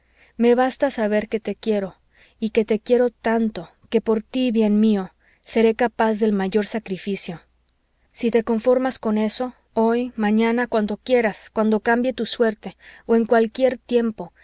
me basta saber que te quiero y que te quiero tanto que por tí bien mío seré capaz del mayor sacrificio si te conformas con eso hoy mañana cuando quieras cuando cambie tu suerte o en cualquier tiempo